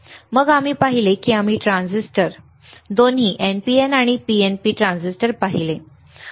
मग आम्ही पाहिले की आम्ही ट्रान्झिस्टर दोन्ही PNP NPN ट्रान्झिस्टर पाहिले आहेत बरोबर